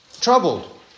troubled